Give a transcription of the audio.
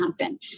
happen